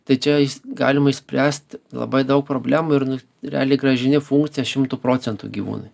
tai čia galima išspręst labai daug problemų ir nu realiai grąžini funkciją šimtu procentų gyvūnui